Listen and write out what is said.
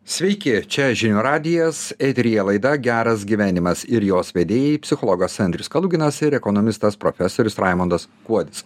sveiki čia žinių radijas eteryje laida geras gyvenimas ir jos vedėjai psichologas andrius kaluginas ir ekonomistas profesorius raimondas kuodis